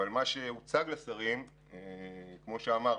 אבל, כמו שאמרתי,